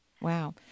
Wow